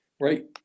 Right